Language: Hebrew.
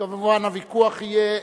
וכמובן הוויכוח יהיה,